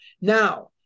Now